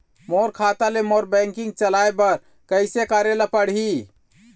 मोर खाता ले मोर बैंकिंग चलाए बर कइसे करेला पढ़ही?